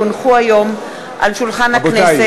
כי הונחו היום על שולחן הכנסת,